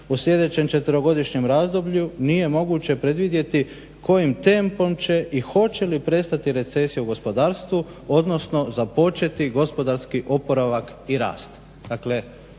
"U sljedećem četverogodišnjem razdoblju nije moguće predvidjeti kojim tempom će i hoće li prestati recesija u gospodarstvu odnosno započeti gospodarski oporavak i rast".